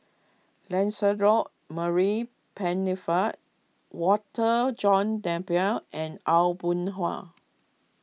Lancelot Maurice Pennefather Walter John Napier and Aw Boon Haw